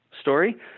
story